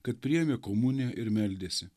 kad priėmė komuniją ir meldėsi